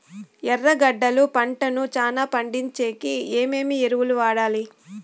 ఎర్రగడ్డలు పంటను చానా పండించేకి ఏమేమి ఎరువులని వాడాలి?